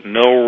no